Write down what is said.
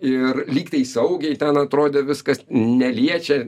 ir lyg tai saugiai ten atrodė viskas neliečia